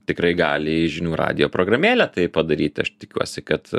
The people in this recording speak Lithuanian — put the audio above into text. tikrai gali į žinių radijo programėlę tai padaryti aš tikiuosi kad